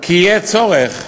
מכך שיהיה צורך,